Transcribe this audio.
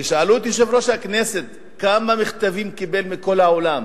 תשאלו את יושב-ראש הכנסת כמה מכתבים הוא קיבל מכל העולם